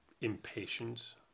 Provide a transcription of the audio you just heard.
impatience